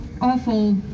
awful